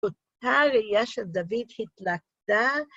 אותה ראייה של דוד התלכדה